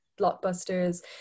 blockbusters